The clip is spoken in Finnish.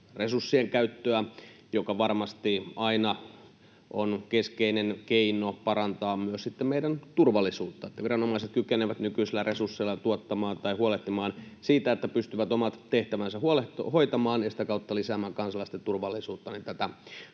resurssien käyttöä, mikä varmasti aina on keskeinen keino parantaa myös meidän turvallisuutta: että viranomaiset kykenevät nykyisillä resursseilla huolehtimaan siitä, että pystyvät omat tehtävänsä hoitamaan ja sitä kautta lisäämään kansalaisten turvallisuutta.